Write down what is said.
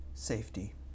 safety